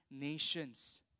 nations